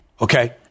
Okay